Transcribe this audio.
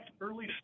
early